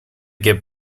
get